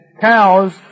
cows